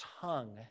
tongue